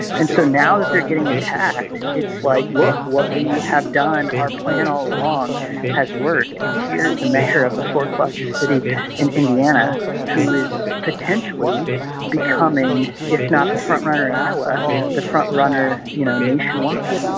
and so now that they're getting attacked it's like look what we have done our plan all along has worked. and here's the mayor of the fourth largest city in indiana who is potentially becoming if not the front runner in iowa the front runner you know nationwide